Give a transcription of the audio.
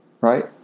right